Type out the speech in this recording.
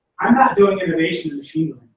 i'm not doing innovation in machine